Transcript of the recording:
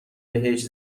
بهش